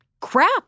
crap